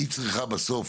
היא צריכה בסוף